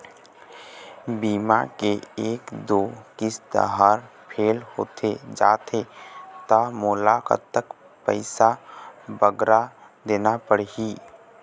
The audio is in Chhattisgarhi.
बीमा के एक दो किस्त हा फेल होथे जा थे ता मोला कतक पैसा बगरा देना पड़ही ही?